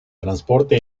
transporte